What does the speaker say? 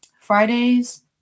Fridays